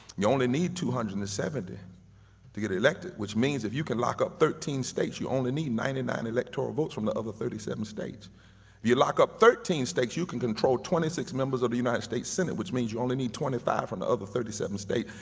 you only need two hundred and seventy to get elected which means if you can lock up thirteen states, you only need ninety nine electoral votes from the other thirty seven states. if you lock up thirteen states, you can control twenty six members of the united states senate which means you only need twenty five from the other thirty seven states,